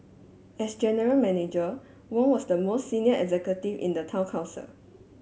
as general Manager Wong was the most senior executive in the town council